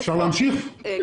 תיירות